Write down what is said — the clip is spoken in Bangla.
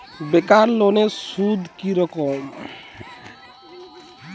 বেকার লোনের সুদ কি রকম?